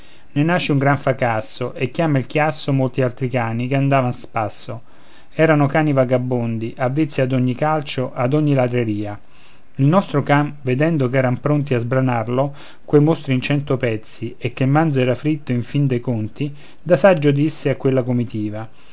ne nasce un gran fracasso e chiama il chiasso molti altri cani che andavano a spasso erano cani vagabondi avvezzi ad ogni calcio ad ogni ladreria il nostro can vedendo ch'eran pronti a sbranarlo quei mostri in cento pezzi e che il manzo era fritto in fin dei conti da saggio disse a quella comitiva